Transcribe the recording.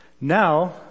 now